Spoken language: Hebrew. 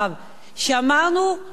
וראש הממשלה אמר,